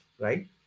right